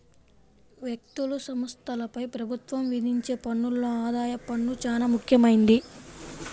వ్యక్తులు, సంస్థలపై ప్రభుత్వం విధించే పన్నుల్లో ఆదాయపు పన్ను చానా ముఖ్యమైంది